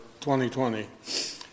2020